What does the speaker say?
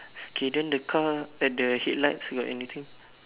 K then the car at the headlights got anything